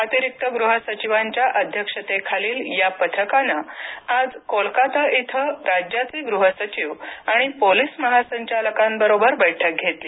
अतिरिक्त गृह सचिवांच्या अध्यक्षतेखालील या पथकानं आज कोलकाता इथं राज्याचे गृह सचिव आणि पोलीस महासंचालकांबरोबर बैठक घेतली